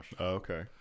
Okay